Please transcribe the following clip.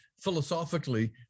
philosophically